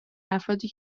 افرادی